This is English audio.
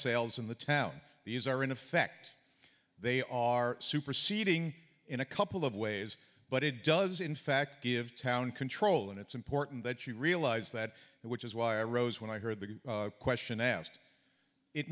sales in the town these are in effect they are superseding in a couple of ways but it does in fact give town control and it's important that you realize that which is why rose when i heard the question asked it